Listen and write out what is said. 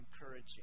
encouraging